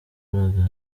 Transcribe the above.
agaragara